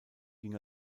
ging